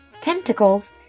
tentacles